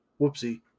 Whoopsie